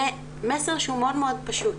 זה מסר שהוא מאוד מאוד פשוט.